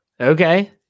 Okay